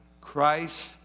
Christ